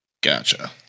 Gotcha